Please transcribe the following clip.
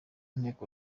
nteko